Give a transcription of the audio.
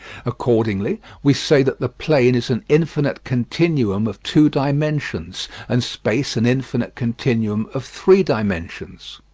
accordingly we say that the plane is an infinite continuum of two dimensions, and space an infinite continuum of three dimensions.